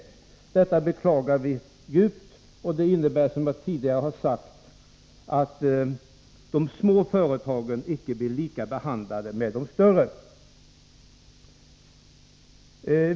Detta beklagar vi djupt. Som jag tidigare sagt betyder detta att de små företagen icke blir behandlade på samma sätt som de större.